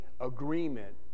agreement